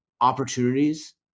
opportunities